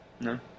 No